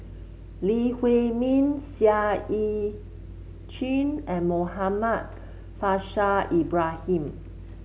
Lee Huei Min Seah Eu Chin and Muhammad Faishal Ibrahim